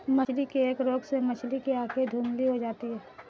मछली के एक रोग से मछली की आंखें धुंधली हो जाती है